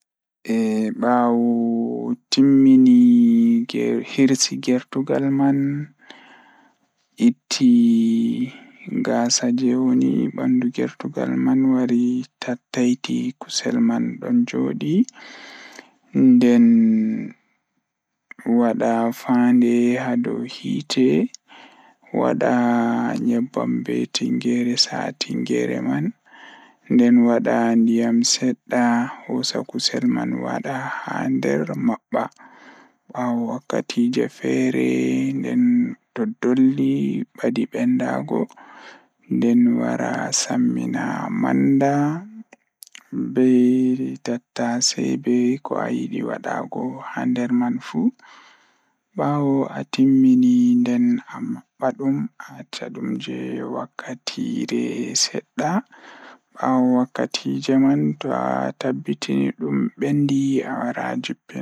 Jokkondir kikki ngam njiddaade, heɓe ndiyam e waɗe no njiddude ngam waɗde kikki dugal. Walla jokkondir koƴi ndaarayde e cadoɓe (lemon, garlic, e cumin) e naange. Ɓeydu njum ɗum ngal heɓa tummbitde kikki so tawii njiddude. Kikki ngal waawi njiddaade he naange, njiddaade ndemnduɗe walla moƴƴaare